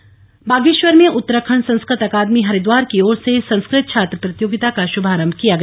संस्कृत भाषा बागेश्वर में उत्तराखंड संस्कृत अकादमी हरिद्वार की ओर से संस्कृत छात्र प्रतियोगिता का शुभारंभ किया गया